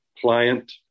pliant